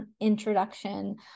introduction